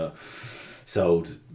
sold